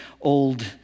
old